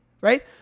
right